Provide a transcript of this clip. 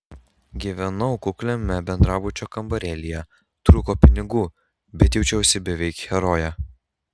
gyvenau kukliame bendrabučio kambarėlyje trūko pinigų bet jaučiausi beveik heroje